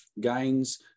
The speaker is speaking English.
gains